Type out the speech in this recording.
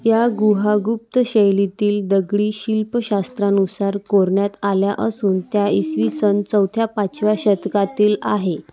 या गुहा गुप्त शैलीतील दगडी शिल्पशास्त्रानुसार कोरण्यात आल्या असून त्या इसवी सन चौथ्या पाचव्या शतकातील आहे